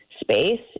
space